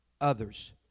Others